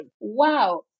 Wow